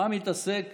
במה מתעסק